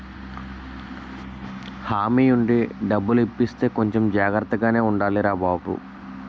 హామీ ఉండి డబ్బులు ఇప్పిస్తే కొంచెం జాగ్రత్తగానే ఉండాలిరా బాబూ